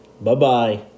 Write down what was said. Bye-bye